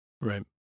right